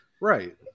Right